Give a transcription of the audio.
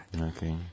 Okay